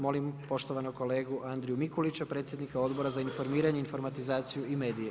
Molim poštovanog kolegu Andriju Mikulića, predsjednika Odbora za informiranje, informatizaciju i medije.